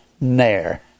Nair